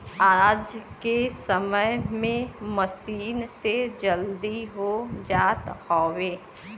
आज के समय में मसीन से जल्दी हो जात हउवे